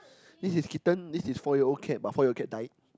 this is kitten this is four year old cat but four year old cat died